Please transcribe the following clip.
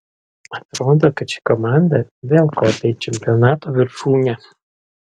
atrodo kad ši komanda vėl kopia į čempionato viršūnę